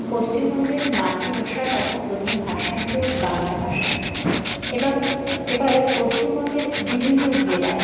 পশ্চিমবঙ্গের মাতৃভাষা তথা প্রধান ভাষা হল বাংলা ভাষা এবার এবারে পশ্চিমবঙ্গের বিভিন্ন জেলায়